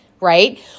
right